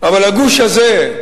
אבל הגוש הזה,